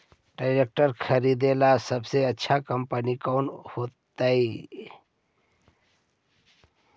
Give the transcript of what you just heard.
Tractor खरीदेला सबसे अच्छा कंपनी कौन होतई?